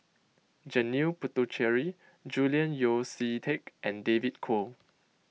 Janil Puthucheary Julian Yeo See Teck and David Kwo